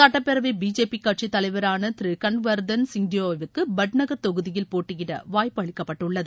சுட்டப்பேரவை பிஜேபி கட்சித் தலைவராள திரு களக்வர்தன் சிங்டியோவுக்கு பட்நகர் தொகுதியில் போட்டியிட வாய்ப்பு அளிக்கப்பட்டுள்ளது